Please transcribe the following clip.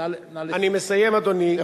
אני מסיים, אדוני.